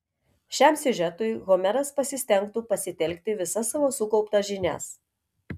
šiam siužetui homeras pasistengtų pasitelkti visas savo sukauptas žinias